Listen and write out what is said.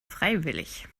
freiwillig